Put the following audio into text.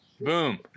Boom